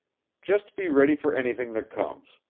just be ready for anything that comes.